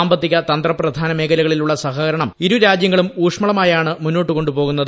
സാമ്പത്തിക തന്ത്രപ്രധാന മേഖലകളി ലുള്ള സഹകരണം ഇരുരാജൃങ്ങളും ഊഷ്മളമായാണ് മുന്നോട്ട് കൊണ്ടുപോകുന്നത്